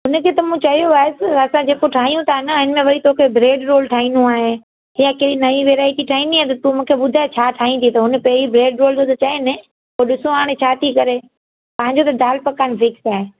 हुनखे त मां चयो आयसि असां जेको ठाहियूं था न हिन में वरी तोखे ब्रैड रोल ठाहिणो आहे या कहिड़ी नई वैराइटी ठाहींदींअ आहे त तू मूंखे ॿुधाए छा ठाहींदी त हुन पहिरीं ब्रैड रोल बि त चया आहिनि पोइ ॾिसो हाणे छा थी करें तव्हांजो त दाल पकान फिक्स आहे